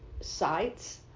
sites